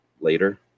later